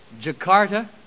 Jakarta